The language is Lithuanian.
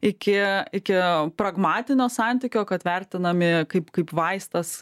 iki iki pragmatinio santykio kad vertinami kaip kaip vaistas